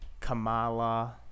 Kamala